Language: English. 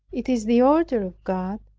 it is the order of god,